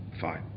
Fine